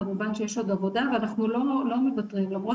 כמובן שיש עוד עבודה, אנחנו לא מוותרים למרות